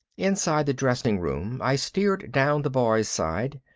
inside the dressing room i steered down the boys' side.